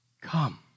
Come